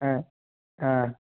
അ ആ